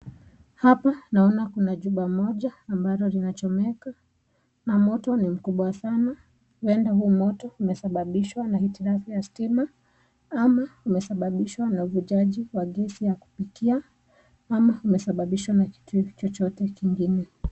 Hapa naona kuna chumba moja ambalo linachomeka na moto ni mkubwa sana endapo moto umesababishwa na itilafu ya stima ama imesababishwa na gasi ya kupikia ama imesababishwa na kitu hochote kingine.